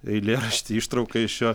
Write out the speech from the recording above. eilėraštį ištrauką iš jo